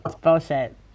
bullshit